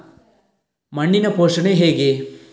ಮಣ್ಣಿನ ಪೋಷಣೆ ಹೇಗೆ?